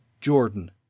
Jordan